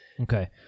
Okay